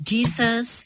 Jesus